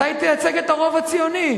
מתי תייצג את הרוב הציוני?